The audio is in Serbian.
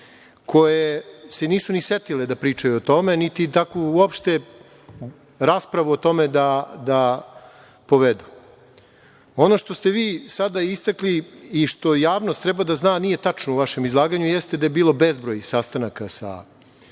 koje se nisu ni setile da pričaju o tome, niti uopšte raspravu o tome povedu. Ono što ste vi sada istakli i što javnost treba da zna, a nije tačno u vašem izlaganju, jeste da je bilo bezbroj sastanaka sa